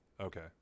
Okay